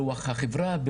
ברוח החברה,